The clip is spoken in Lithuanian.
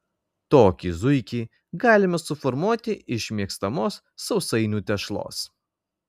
tokį zuikį galime suformuoti iš mėgstamos sausainių tešlos